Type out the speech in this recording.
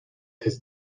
his